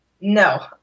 No